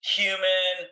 human